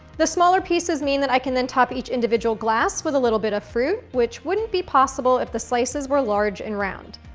the smaller pieces mean that i can then top each individual glass with a little bit of fruit, which wouldn't be possible if the slices were large and round.